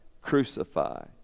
crucify